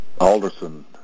Alderson